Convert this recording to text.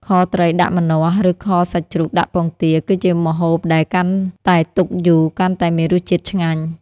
ខត្រីដាក់ម្នាស់ ឬខសាច់ជ្រូកដាក់ពងទា គឺជាម្ហូបដែលកាន់តែទុកយូរកាន់តែមានរសជាតិឆ្ងាញ់។